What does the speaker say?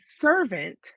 servant